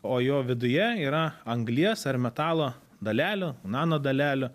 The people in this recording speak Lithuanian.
o jo viduje yra anglies ar metalo dalelių nanodalelių